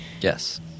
Yes